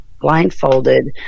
blindfolded